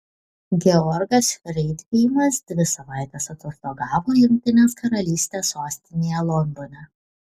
georgas freidgeimas dvi savaites atostogavo jungtinės karalystės sostinėje londone